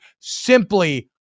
simply